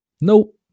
Nope